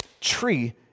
tree